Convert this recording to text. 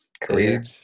career